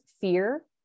fear